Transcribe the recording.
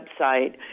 website